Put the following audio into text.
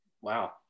wow